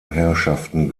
herrschaften